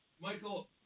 Michael